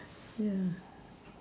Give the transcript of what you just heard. ya